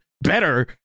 better